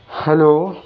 hello